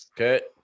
Okay